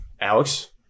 Alex